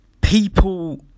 People